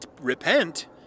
repent